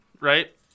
right